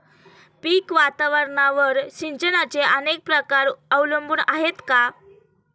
पीक वातावरणावर सिंचनाचे अनेक प्रकार अवलंबून आहेत का?